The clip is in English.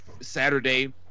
Saturday